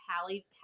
Hallie